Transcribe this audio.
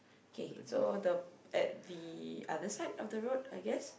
kay so the at the other side of the road I guess